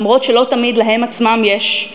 למרות שלא תמיד להם עצמם יש,